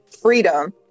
freedom